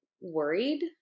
worried